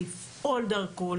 לפעול דרכו,